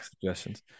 suggestions